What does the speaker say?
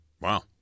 Wow